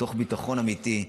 תוך ביטחון אמיתי,